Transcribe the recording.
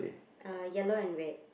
uh yellow and red